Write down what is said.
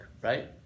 right